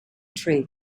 tree